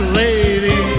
lady